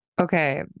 Okay